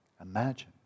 imagine